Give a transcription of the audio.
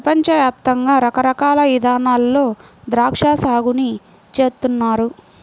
పెపంచ యాప్తంగా రకరకాల ఇదానాల్లో ద్రాక్షా సాగుని చేస్తున్నారు